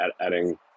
adding